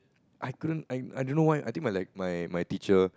I couldn't I I don't know why I think like my my teacher